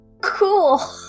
Cool